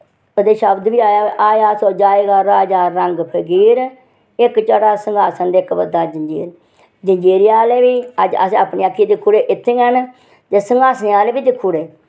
ओह्दे शब्द बी ऐ आया सो जायेगा राजा रंग फकीर इक चढ़ा सिंघासन ते इक बद्धा जंजीर जंजीरे आह्ले बी अज्ज असें अपनी अक्खीं दिक्खी ओड़े इत्थै गै न ते सिंघासने आह्ले बी दिक्खी ओड़े